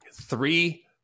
Three